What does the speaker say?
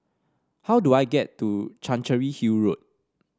how do I get to Chancery Hill Road